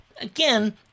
again